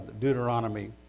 Deuteronomy